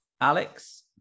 Alex